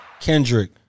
Kendrick